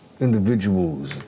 individuals